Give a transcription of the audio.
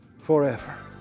forever